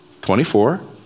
24